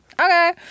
Okay